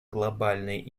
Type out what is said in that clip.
глобальной